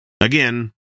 Again